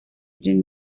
din